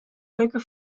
quaker